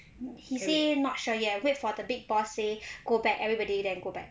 he say not sure yet wait for the big boss say go back everyday then go back